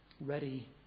ready